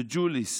בג'וליס,